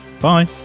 Bye